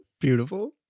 Beautiful